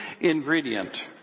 ingredient